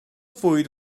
fwyd